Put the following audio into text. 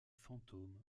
fantôme